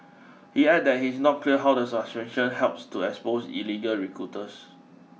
he added that it is not clear how the suspension helps to expose illegal recruiters